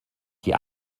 die